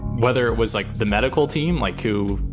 whether it was like the medical team, like you,